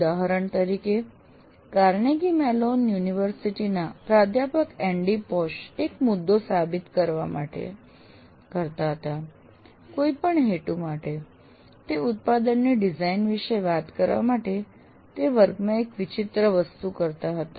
ઉદાહરણ તરીકે Carnegie Mellon યુનિવર્સિટીના પ્રાધ્યાપક એન્ડી પોશ એક મુદ્દો સાબિત કરવા માટે કરતા હતા કોઈ પણ હેતુ માટે તે ઉત્પાદનની ડિઝાઇન વિશે વાત કરવા માટે તે વર્ગમાં એક વિચિત્ર વસ્તુ કરતા હતા